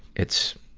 it's,